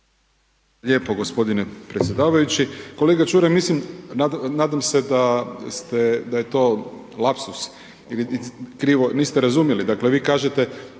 lijepo gospodine predsjedavajući. Kolega Čuraj, nadam se da je to lapsus ili niste razumjeli,